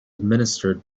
administered